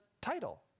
title